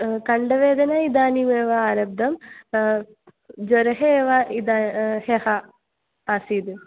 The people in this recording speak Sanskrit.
कण्ठवेदना इदानीमेव आरब्धं ज्वरः एव इदानीं ह्यः आसीत्